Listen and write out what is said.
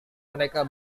mereka